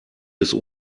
bis